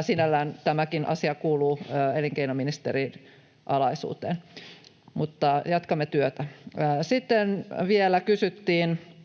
Sinällään tämäkin asia kuuluu elinkeinoministerin alaisuuteen, mutta jatkamme työtä. Sitten vielä kysyttiin